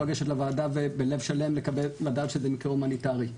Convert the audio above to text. לגשת לוועדה ובלב שלם לדעת שזה מקרה הומניטארי,